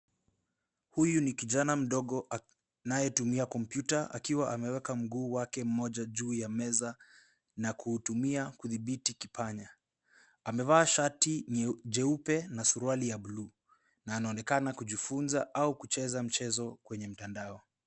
Huyu ni kijana mdogo anayetumia kompyuta akiwa ameweka mguu wake mmoja juu ya meza na kuutumia kudhibiti kipanya. Amevaa shati nyeupe na suruali ya bluu na anaonekana kujifunza au kucheza mchezo kwenye mtandao.